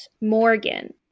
Morgan